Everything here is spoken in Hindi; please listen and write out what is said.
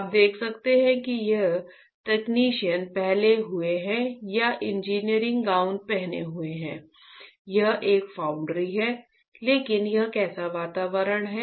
आप देख सकते हैं कि यह तकनीशियन पहने हुए है या इंजीनियर गाउन पहने हुए है और यह एक फाउंड्री है लेकिन यह कैसा वातावरण है